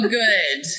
good